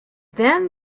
then